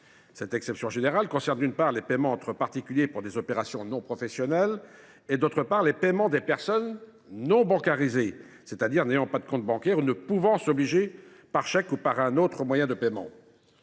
pas caractérisé. Il s’agit, d’une part, des paiements entre particuliers pour des opérations non professionnelles et, d’autre part, des paiements des personnes non bancarisées, c’est à dire n’ayant pas de compte bancaire ou ne pouvant s’obliger par chèque ou par un autre moyen de paiement.